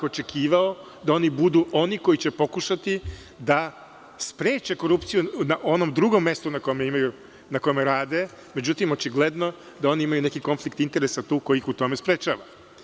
Očekivao bih da oni budu oni koji će pokušati da spreče korupciju na onom drugom mestu na kome imaju, na kome rade, međutim, očigledno da oni imaju neki konflikt interesa tu koji ih u tome sprečava.